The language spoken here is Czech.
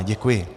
Děkuji.